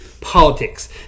politics